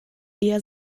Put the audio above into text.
ihr